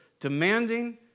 demanding